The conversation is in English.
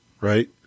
right